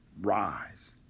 rise